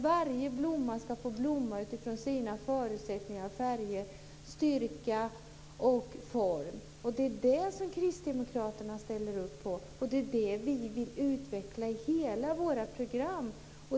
Varje blomma ska få blomma utifrån sina förutsättningar, sina färger, sin styrka och sin form. Det är det som kristdemokraterna ställer upp på, och det är det vi vill utveckla i hela vårt program.